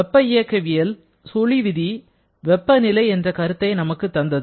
வெப்ப இயக்கவியல் சுழி விதி வெப்பநிலை என்ற கருத்தை நமக்கு தந்தது